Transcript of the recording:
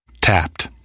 Tapped